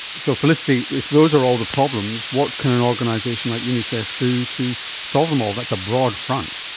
so felicity, if those are all the problems, what can an organisation like unicef do to solve them all? that's a broad front.